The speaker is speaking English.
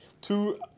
two